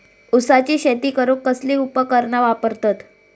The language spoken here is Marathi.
ऊसाची शेती करूक कसली उपकरणा वापरतत?